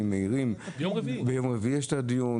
מהירים והוא יתקיים ביום רביעי הקרוב.